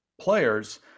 players